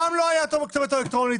פעם לא הייתה כתובת אלקטרונית,